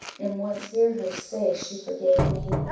and once hear her say she forgave me,